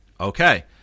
Okay